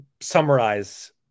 summarize